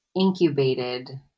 incubated